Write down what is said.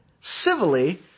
civilly